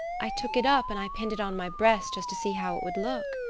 i took it up and i pinned it on my breast just to see how it would look.